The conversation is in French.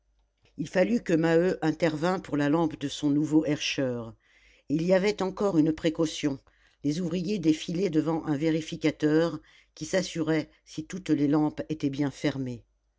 il fallut que maheu intervînt pour la lampe de son nouveau herscheur et il y avait encore une précaution les ouvriers défilaient devant un vérificateur qui s'assurait si toutes les lampes étaient bien fermées